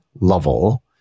level